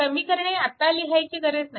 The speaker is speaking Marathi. समीकरणे आता लिहायची गरज नाही